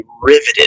riveted